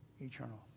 eternal